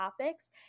topics